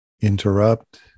interrupt